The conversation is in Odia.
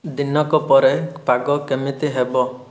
ଦିନକ ପରେ ପାଗ କେମିତି ହେବ